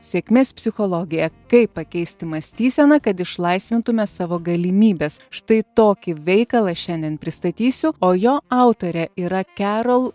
sėkmės psichologija kaip pakeisti mąstyseną kad išlaisvintume savo galimybes štai tokį veikalą šiandien pristatysiu o jo autorė yra kerol